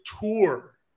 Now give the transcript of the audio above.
tour